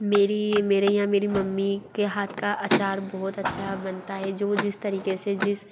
मेरी ये मेरे यहाँ मेरी मम्मी के हाथ का अचार बहुत अच्छा बनाता हे जो वो जिस तरीक़े से जिस